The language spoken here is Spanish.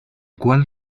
cual